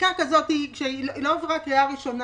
חקיקה כזאת שלא עברה קריאה ראשונה,